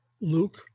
Luke